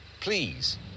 please